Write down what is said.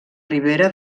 ribera